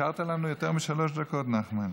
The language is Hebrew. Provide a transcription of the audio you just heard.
השארת לנו יותר משלוש דקות, נחמן.